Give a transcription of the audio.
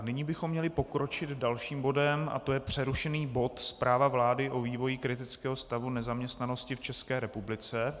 Nyní bychom měli pokročit dalším bodem a to je přerušený bod Zpráva vlády o vývoji kritického stavu nezaměstnanosti v České republice.